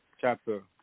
chapter